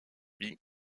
vit